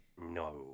no